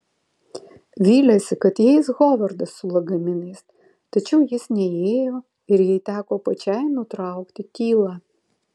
vylėsi kad įeis hovardas su lagaminais tačiau jis neįėjo ir jai teko pačiai nutraukti tylą